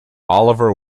oliver